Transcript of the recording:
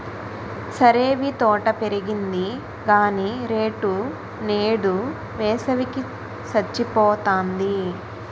సరేవీ తోట పెరిగింది గాని రేటు నేదు, వేసవి కి సచ్చిపోతాంది